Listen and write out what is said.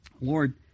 Lord